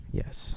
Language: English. yes